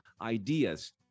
ideas